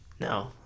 No